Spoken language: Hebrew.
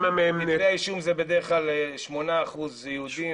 כתבי האישום זה בדרך כלל 8% יהודים